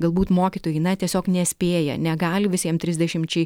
galbūt mokytojai na tiesiog nespėja negali visiem trisdešimčiai